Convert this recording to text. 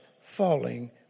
falling